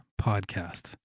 podcast